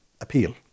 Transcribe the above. appeal